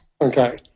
okay